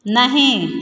नहीं